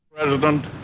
President